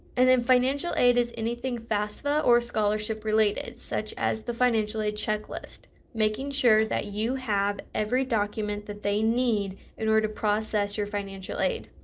and then financial aid is anything fasfa or scholarship related. such as the financial aid check list, making sure that you have every document document that they need in order to process your financial aid.